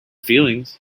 feelings